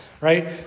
right